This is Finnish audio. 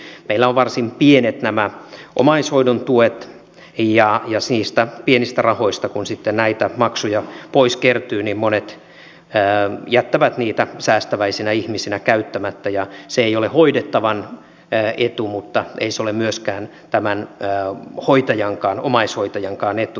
meillä on varsin pienet nämä omaishoidon tuet ja niistä pienistä rahoista kun sitten näitä maksuja pois kertyy niin monet jättävät niitä säästäväisinä ihmisinä käyttämättä ja se ei ole hoidettavan etu mutta ei se ole myöskään tämän hoitajan omaishoitajan etu